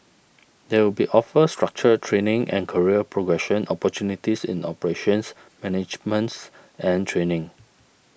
they will be offered structured training and career progression opportunities in operations managements and training